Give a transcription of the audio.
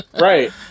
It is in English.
Right